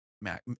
Mac